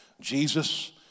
Jesus